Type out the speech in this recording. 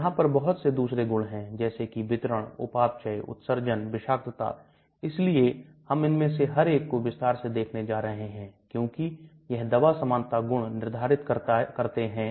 बेशक हमारा बहुत नियंत्रण नहीं है लेकिन औषधि रसायन के रूप में हमारा इस पर अधिक नियंत्रण नहीं है लेकिन यह भी बहुत मायने रखते हैं